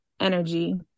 energy